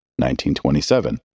1927